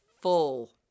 full